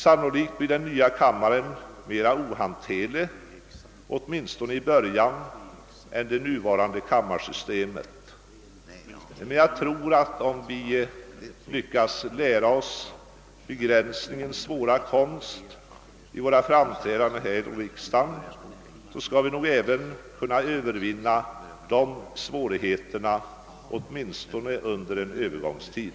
Sannolikt blir den nya kammaren mera ohanterlig, åtminstone i början, än de nuvarande kamrarna. Men om vi lär oss begränsningens svåra konst i våra framträdanden skall vi nog kunna övervinna dessa svårigheter, åtminstone efter en viss övergångstid.